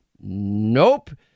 Nope